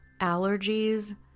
allergies